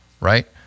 right